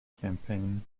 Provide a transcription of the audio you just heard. campaign